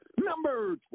number